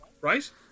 right